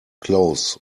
close